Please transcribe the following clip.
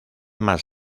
más